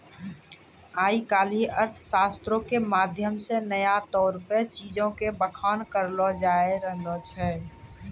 आइ काल्हि अर्थशास्त्रो के माध्यम से नया तौर पे चीजो के बखान करलो जाय रहलो छै